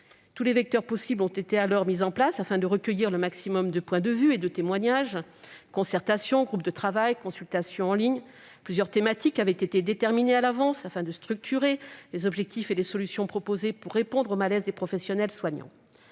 Toutes les voies possibles ont été explorées, afin de recueillir le maximum de points de vue et de témoignages : concertations, groupes de travail, consultations en ligne. Plusieurs thématiques avaient été déterminées à l'avance, afin de déterminer les objectifs et les solutions proposées pour répondre aux malaises des personnels soignants.